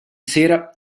sera